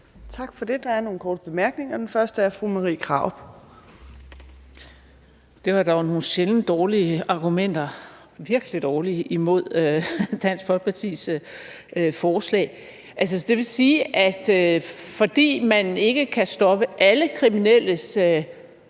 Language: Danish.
Tak for det. Der er nogle korte bemærkninger. Først fra fru Marie Krarup. Kl. 14:00 Marie Krarup (DF): Det var dog nogle sjældent dårlige argumenter – virkelig dårlige – imod Dansk Folkepartis forslag. Det vil altså sige, at fordi man ikke kan stoppe alle kriminelles